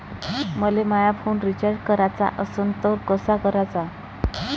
मले माया phone recharge कराचा असन तर कसा कराचा?